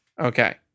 okay